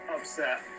upset